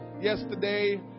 Yesterday